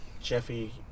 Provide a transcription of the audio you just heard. Jeffy